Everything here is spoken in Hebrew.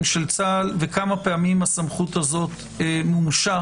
של צה"ל וכמה פעמים הסמכות הזאת מומשה